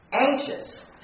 anxious